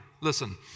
Listen